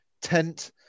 tent